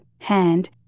hand